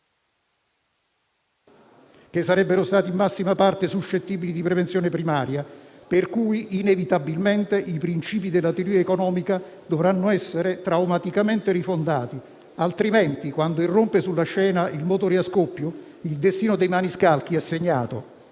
che sarebbero state in massima parte suscettibili di prevenzione primaria. Pertanto, inevitabilmente, i principi della teoria economica dovranno essere traumaticamente rifondati; altrimenti, quando irrompe sulla scena il motore a scoppio, il destino dei maniscalchi è segnato.